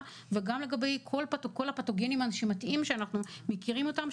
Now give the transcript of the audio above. וגם לגבי כל הפתוגנים הנשימתיים שאנחנו מכירים אותם,